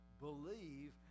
believe